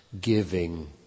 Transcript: giving